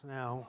now